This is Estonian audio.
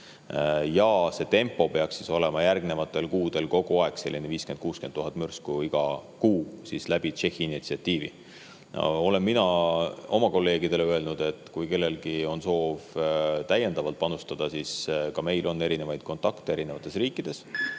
See tempo peaks olema järgmistel kuudel kogu aeg selline 50 000–60 000 mürsku iga kuu tänu Tšehhi initsiatiivile. Mina olen oma kolleegidele öelnud, et kui kellelgi on soov täiendavalt panustada, siis ka meil on kontakte erinevates riikides.